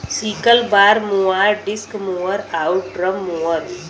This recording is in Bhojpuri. sickle bar mower, disc mower आउर ड्रम मोवर